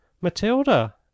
Matilda